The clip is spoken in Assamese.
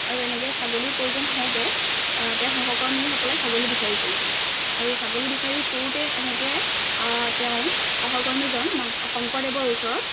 আৰু এনেকৈ ছাগলীৰ প্ৰয়োজন হওঁতে তেওঁৰ সহকৰ্মীসকলে ছাগলী বিচাৰি ফুৰিছিলে আৰু ছাগলী বিচাৰি ফুৰোঁতেই এনেকৈ তেওঁ সহকৰ্মীজন মাধ শংকৰদেৱৰ ওচৰত